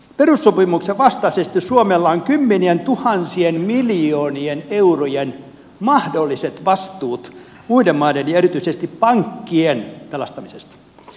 perussopimuksen vastaisesti suomella on kymmenientuhansien miljoonien eurojen mahdolliset vastuut muiden maiden ja erityisesti pankkien pelastamisesta